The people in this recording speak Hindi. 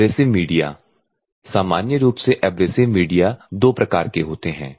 एब्रेसिव मीडिया सामान्य रूप से एब्रेसिव मीडिया दो प्रकार के होते हैं